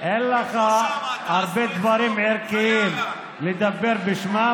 אין לך הרבה דברים ערכיים לדבר בשמם,